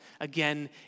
again